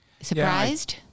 Surprised